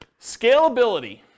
Scalability